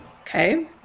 Okay